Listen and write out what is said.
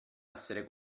essere